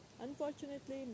Unfortunately